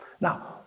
Now